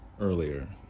earlier